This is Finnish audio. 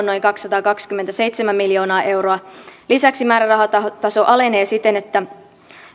noin kaksisataakaksikymmentäseitsemän miljoonaa euroa lisäksi määrärahataso alenee siten että